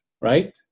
Right